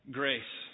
grace